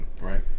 Right